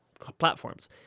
platforms